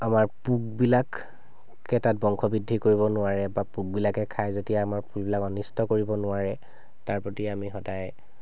আমাৰ পোকবিলাক পোকে তাত বংশ বৃদ্ধি কৰিব নোৱাৰে বা পোকবিলাকে খাই যেতিয়া আমাৰ অনিষ্ট কৰিব নোৱাৰে তাৰ প্ৰতি আমি সদায়